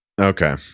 Okay